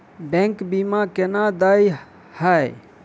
Bank बीमा केना देय है?